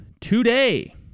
today